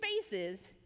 spaces